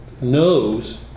knows